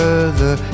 Further